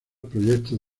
proyectos